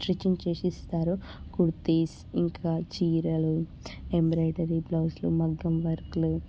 stitching చేసి ఇస్తారు కుర్తాస్ ఇంకా చీరలు ఎంబ్రాయిడరీ బ్లౌసులు మగ్గం వర్కులు